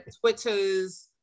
Twitters